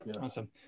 awesome